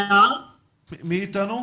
מי איתנו?